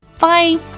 Bye